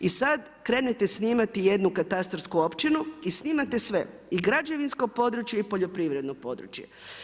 I sada krenete snimati jednu katastarsku općinu i snimate sve i građevinsko područje i poljoprivredno područje.